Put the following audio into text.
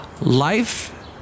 Life